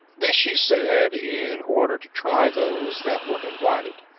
this she said, in order to try those that were invited,